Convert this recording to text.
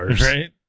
Right